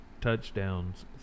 touchdowns